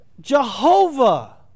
Jehovah